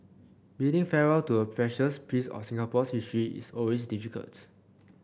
bidding farewell to a precious piece of Singapore's history is always difficults